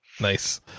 nice